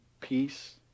peace